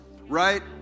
right